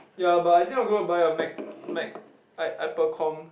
ya but I think I'm gonna buy a mac mac like apple com